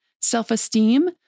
self-esteem